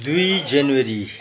दुई जनवरी